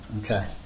Okay